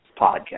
podcast